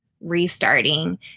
restarting